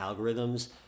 algorithms